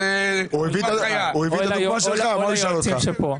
הוא הביא את הדוגמה שלך, מה הוא ישאל אותך.